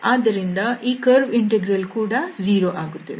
ಆದ್ದರಿಂದ ಈ curve integral ಕೂಡ 0 ಆಗುತ್ತದೆ